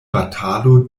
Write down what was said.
batalo